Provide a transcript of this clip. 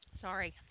Sorry